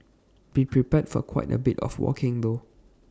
be prepared for quite A bit of walking though